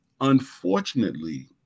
unfortunately